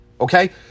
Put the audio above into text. okay